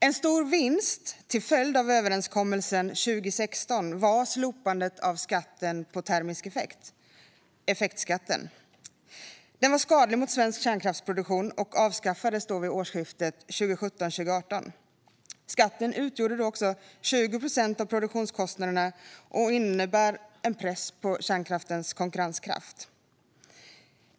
En stor vinst till följd av överenskommelsen 2016 var slopandet av skatten på termisk effekt, den så kallade effektskatten. Den var skadlig för svensk kärnkraftsproduktion och avskaffades årsskiftet 2017/18. Skatten utgjorde 20 procent av produktionskostnaderna och innebar en press på kärnkraftens konkurrenskraft.